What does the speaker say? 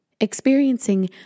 Experiencing